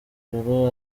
ijuru